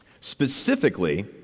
specifically